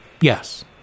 yes